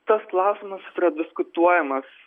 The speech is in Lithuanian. tas klausimas jis yra diskutuojamas